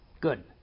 Good